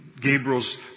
Gabriel's